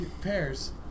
pairs